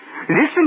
Listen